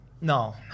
No